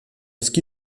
ski